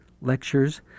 lectures